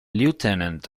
lieutenant